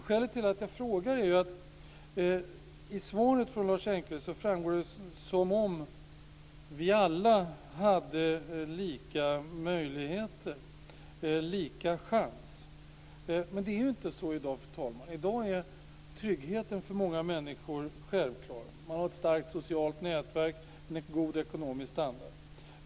Skälet till att jag frågar är att i svaret från Lars Engqvist verkar det som om vi alla har lika möjligheter och lika chans. Men det är ju inte så i dag, fru talman! I dag är tryggheten för många människor självklar. Man har ett starkt socialt nätverk och en god ekonomisk standard.